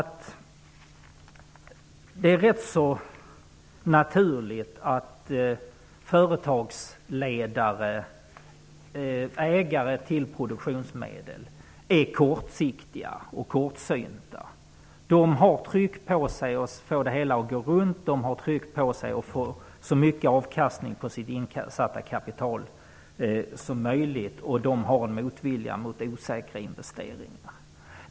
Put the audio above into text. Det är rätt naturligt att företagsledare, ägare till produktionsmedel, är kortsiktiga och kortsynta. De har tryck på sig att få det hela att gå runt och att få så mycket avkastning på insatt kapital som möjligt. De har också en motvilja mot osäkra investeringar.